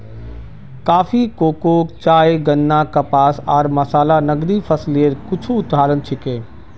coffee, cocoa, चाय, गन्ना, कपास आर मसाला नकदी फसलेर कुछू उदाहरण छिके